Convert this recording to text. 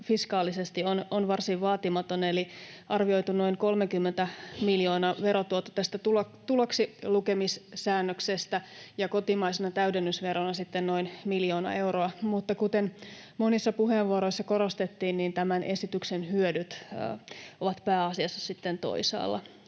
fiskaalisesti on varsin vaatimaton eli noin 30 miljoonan arvioitu verotuotto tästä tuloksilukemissäännöksestä ja kotimaisena täydennysverona sitten noin miljoona euroa, mutta kuten monissa puheenvuoroissa korostettiin, niin tämän esityksen hyödyt ovat pääasiassa toisaalla.